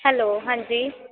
hello ਹਾਂਜੀ